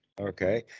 Okay